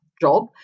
job